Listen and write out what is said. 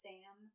Sam